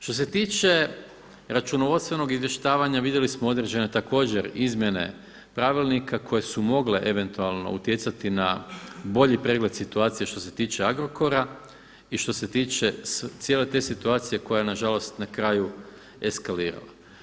Što se tiče računovodstvenog izvještavanja, vidjeli smo određene također izmjene pravilnika koje su mogle eventualno utjecati na bolji pregled situacije što se tiče Agrokora i što se tiče cijele te situacije koja je nažalost na kraju eskalirala.